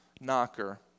knocker